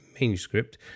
manuscript